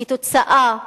כתוצאה מהמוקשים.